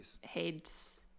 heads